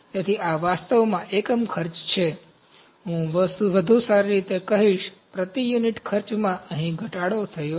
તેથી આ વાસ્તવમાં એકમ ખર્ચ છે હું વધુ સારી રીતે કહીશ પ્રતિ યુનિટ ખર્ચમાં અહીં ઘટાડો થયો છે